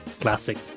Classic